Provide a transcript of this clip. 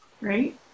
right